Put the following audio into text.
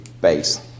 base